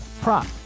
prop